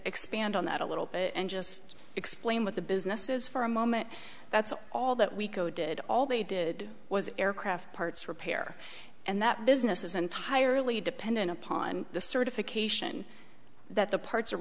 expand on that a little bit and just explain what the business is for a moment that's all that we coded all they did was aircraft parts repair and that business is entirely dependent upon the certification that the parts